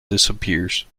disappears